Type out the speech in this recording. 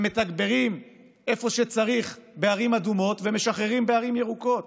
מתגברים איפה שצריך בערים אדומות ומשחררים בערים ירוקות,